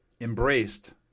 embraced